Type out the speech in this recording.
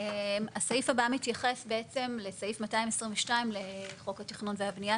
הסעיף הבא מתייחס בעצם לסעיף 222 לחוק התכנון והבנייה,